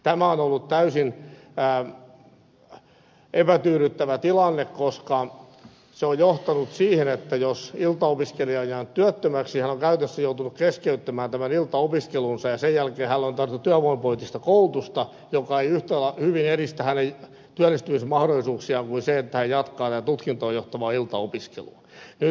tämä on ollut täysin epätyydyttävä tilanne koska se on johtanut siihen että jos iltaopiskelija on jäänyt työttömäksi hän on käytännössä joutunut keskeyttämään tämän iltaopiskelunsa ja sen jälkeen hänelle on tarjottu työvoimapoliittista koulutusta joka ei yhtä hyvin edistä hänen työllistymismahdollisuuksiaan kuin se että hän jatkaa tätä tutkintoon johtavaa iltaopiskelua